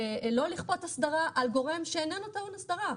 לא לכפות אסדרה על גורם שאיננו טעון אסדרה.